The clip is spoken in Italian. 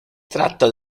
tratta